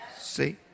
See